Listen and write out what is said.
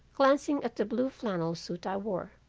glancing at the blue flannel suit i wore.